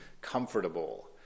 comfortable